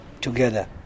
together